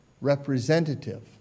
representative